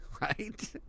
right